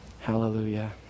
Hallelujah